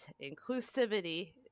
inclusivity